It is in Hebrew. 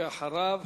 ואחריו,